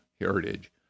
heritage